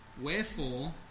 Wherefore